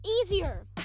easier